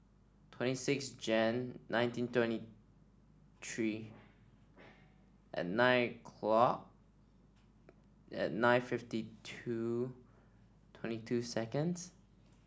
twenty six Jan nineteen twenty three and nine o'clock and nine fifty two twenty two seconds